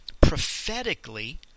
prophetically